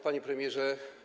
Panie Premierze!